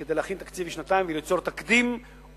כדי להכין תקציב לשנתיים וליצור תקדים עולמי,